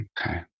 Okay